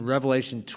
Revelation